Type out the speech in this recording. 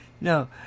No